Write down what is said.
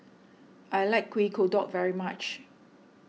I like Kuih Kodok very much